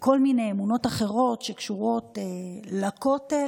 בכל מיני אמונות אחרות שקשורות לכותל.